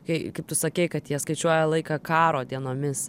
kai kaip tu sakei kad jie skaičiuoja laiką karo dienomis